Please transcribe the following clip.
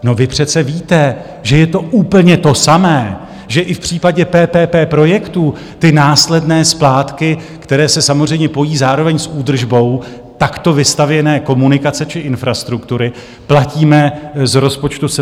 No vy přece víte, že je to úplně to samé, že i v případě PPP projektů ty následné splátky, které se samozřejmě pojí zároveň s údržbou takto vystavěné komunikace či infrastruktury, platíme z rozpočtu SFDI.